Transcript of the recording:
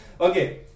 Okay